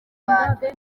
rwanda